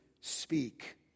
speak